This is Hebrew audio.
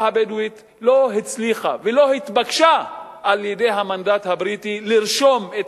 הבדואית לא הצליחה ולא התבקשה על-ידי המנדט הבריטי לרשום את